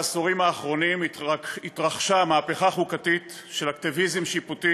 בעשורים האחרונים התרחשה מהפכה חוקתית של אקטיביזם שיפוטי